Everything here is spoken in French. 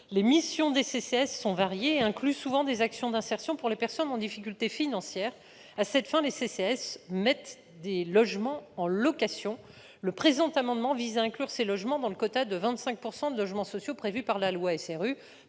Les missions des CCAS sont variées et incluent souvent des actions d'insertion pour les personnes connaissant des difficultés financières. À cette fin, les CCAS mettent des logements en location. Le présent amendement vise à inclure ces logements dans le quota de 25 % de logements sociaux prévu par la loi SRU.